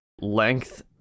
length